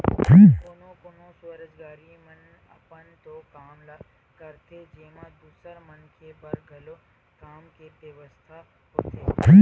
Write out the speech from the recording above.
कोनो कोनो स्वरोजगारी मन अपन तो काम ल करथे जेमा दूसर मनखे बर घलो काम के बेवस्था होथे